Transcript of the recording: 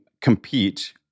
compete